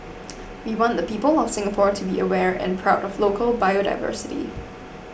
we want the people of Singapore to be aware and proud of local biodiversity